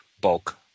bulk